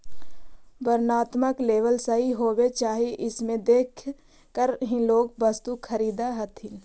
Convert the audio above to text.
वर्णात्मक लेबल सही होवे चाहि इसको देखकर ही लोग वस्तु खरीदअ हथीन